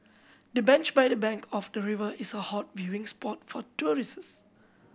the bench by the bank of the river is a hot viewing spot for tourists